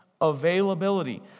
availability